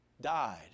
died